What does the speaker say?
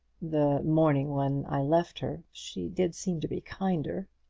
the morning when i left her she did seem to be kinder.